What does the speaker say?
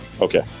Okay